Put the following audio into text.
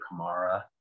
Kamara